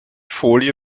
folie